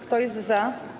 Kto jest za?